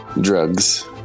Drugs